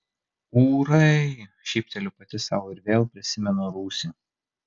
ūrai šypteliu pati sau ir vėl prisimenu rūsį